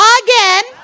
again